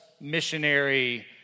missionary